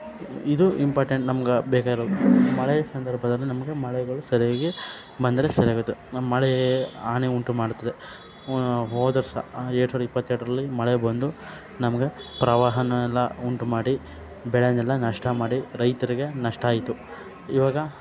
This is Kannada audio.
ಇದು ಇಂಪಾರ್ಟೆಂಟ್ ನಮ್ಗೆ ಬೇಕಾಗಿರೋದು ಮಳೆ ಸಂದರ್ಭದಲ್ಲಿ ನಮಗೆ ಮಳೆಗಳು ಸರಿಯಾಗಿ ಬಂದರೆ ಸರಿಯಾಗೋದು ನಮ್ಮ ಮಳೆ ಹಾನಿ ಉಂಟು ಮಾಡುತ್ತದೆ ಹೋದ್ವರ್ಷ ಎರಡು ಸಾವಿರದ ಇಪ್ಪತ್ತೆರಡರಲ್ಲಿ ಮಳೆ ಬಂದು ನಮ್ಗೆ ಪ್ರವಾಹನೆಲ್ಲಾ ಉಂಟು ಮಾಡಿ ಬೆಳೆನೆಲ್ಲಾ ನಷ್ಟ ಮಾಡಿ ರೈತರಿಗೆ ನಷ್ಟ ಆಯಿತು ಇವಾಗ